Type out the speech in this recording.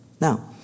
Now